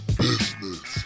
business